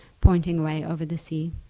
pointing away over the sea.